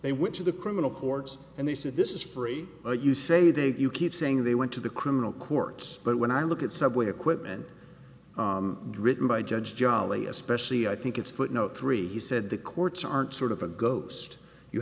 they went to the criminal courts and they said this is free you say that you keep saying they went to the criminal courts but when i look at subway equipment driven by judge jolly especially i think it's footnote three he said the courts aren't sort of a ghost you